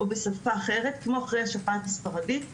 או בשפה אחרת כמו אחרי השפעת הספרדית,